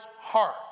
heart